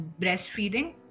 breastfeeding